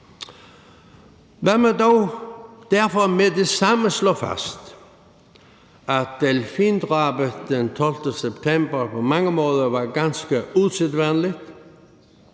Lad mig derfor med det samme slå fast, at delfindrabet den 12. september på mange måder var ganske usædvanligt.